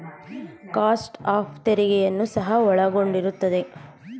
cost of ತೆರಿಗೆಯನ್ನು ಸಹ ಒಳಗೊಂಡಿರುತ್ತದೆ